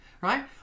right